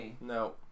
No